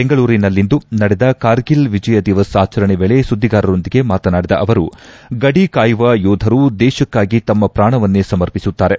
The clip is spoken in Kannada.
ಬೆಂಗಳೂರಿನಲ್ಲಿಂದು ನಡೆದ ಕಾರ್ಗಿಲ್ ವಿಜಯ ದಿವಸ್ ಆಚರಣೆ ವೇಳೆ ಸುದ್ಗಿಗಾರರೊಂದಿಗೆ ಮಾತನಾಡಿದ ಅವರು ಗಡಿ ಕಾಯುವ ಯೋಧರು ದೇಶಕ್ಕಾಗಿ ತಮ್ನ ಪ್ರಾಣವನ್ನೇ ಸಮರ್ಪಿಸುತ್ತಾರೆ